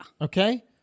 Okay